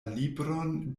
libron